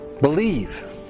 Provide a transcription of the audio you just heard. believe